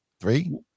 three